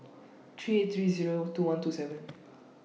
three eight three Zero two one two seven